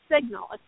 signal